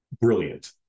Brilliant